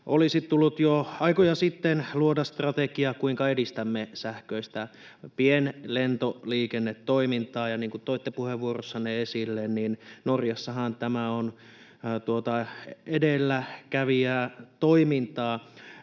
olisi tullut jo aikoja sitten luoda strategia, kuinka edistämme sähköistä pienlentoliikennetoimintaa, ja niin kuin toitte puheenvuorossanne esille, niin Norjassahan tämä on edelläkävijätoimintaa.